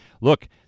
look